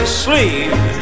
sleeve